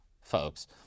folks